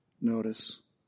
Notice